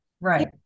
right